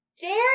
dare